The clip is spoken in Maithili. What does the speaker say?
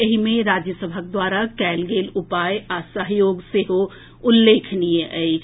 एहि मे राज्य सभक द्वारा कयल गेल उपाय आ सहयोग सेहो उल्लेखनीय अछि